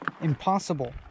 impossible